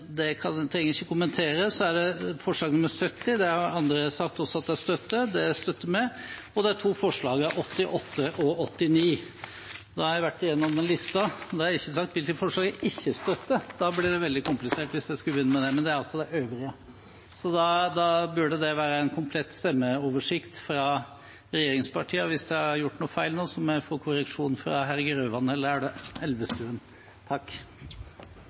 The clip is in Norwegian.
ikke kommentere. Så støtter vi forslag nr. 70, det har andre også sagt at de støtter, og forslagene nr. 88 og 89. Da har jeg vært igjennom listen, og da har jeg ikke sagt hvilke forslag vi ikke støtter. Det blir veldig komplisert hvis jeg skulle begynne med det, men det er iallfall de øvrige, så dette burde være en komplett stemmeoversikt fra regjeringspartiene. Hvis jeg har gjort noe feil nå, må jeg få korreksjon fra herr Grøvan eller herr Elvestuen!